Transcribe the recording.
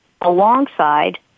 alongside